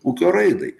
ūkio raidai